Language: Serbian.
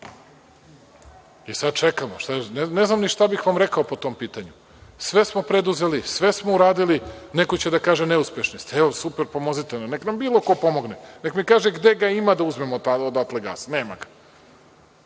Sada čekamo, ne znam ni šta bih vam rekao po tom pitanju. Sve smo preduzeli, sve smo uradili, neko će da kaže neuspešni ste. Evo, super pomozite nam. Neka nam bilo ko pomogne. Neka mi kaže gde ga ima da uzmemo odatle gas, nema ga.